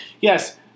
yes